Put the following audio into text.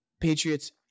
Patriots